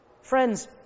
Friends